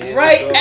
right